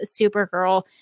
Supergirl